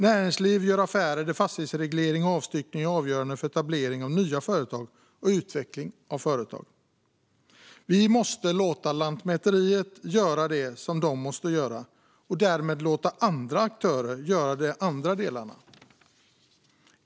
Näringsliv gör affärer där fastighetsreglering och avstyckning är avgörande för etablering av nya företag och utveckling av företag. Vi måste låta Lantmäteriet ta hand om sådant som måste göras där och låta andra aktörer ta hand om de andra delarna.